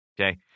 Okay